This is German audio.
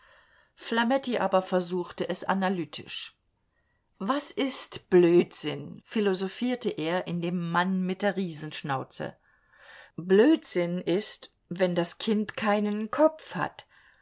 flametti aber versuchte es analytisch was ist blödsinn philosophierte er in dem mann mit der riesenschnauze blödsinn ist wenn das kind keinen kopf hat